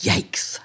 Yikes